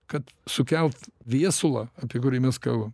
kad sukelt viesulą apie kurį mes kalbam